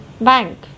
Bank